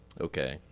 okay